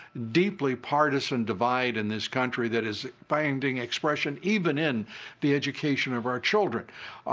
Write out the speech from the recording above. deeply partisan divide in this country that is finding expression even in the education of our children.